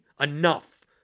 enough